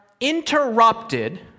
interrupted